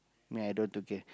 then i don't want to care